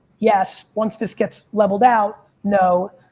yes. once this gets leveled out, no.